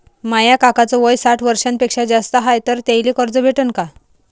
माया काकाच वय साठ वर्षांपेक्षा जास्त हाय तर त्याइले कर्ज भेटन का?